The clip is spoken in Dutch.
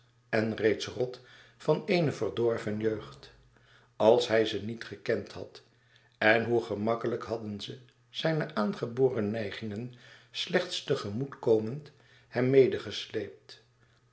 en reeds rot van eene verdorven jeugd als hij ze niet gekend had en hoe gemakkelijk hadden ze zijne aangeboren neigingen slechts te gemoet komend